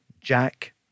Jack